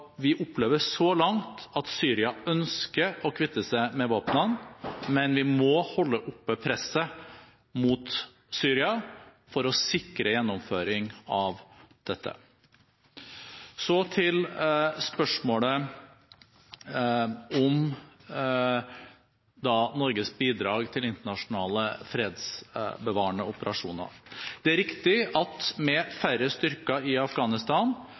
våpnene, men vi må holde oppe presset mot Syria for å sikre gjennomføring av dette. Så til spørsmålet om Norges bidrag til internasjonale fredsbevarende operasjoner. Det er riktig at med færre styrker i Afghanistan